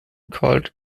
called